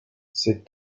cette